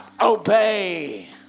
obey